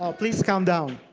ah please calm down.